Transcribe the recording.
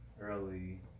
early